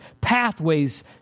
pathways